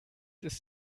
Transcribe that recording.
ist